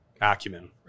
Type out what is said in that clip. acumen